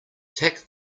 tack